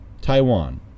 Taiwan